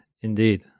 indeed